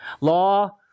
Law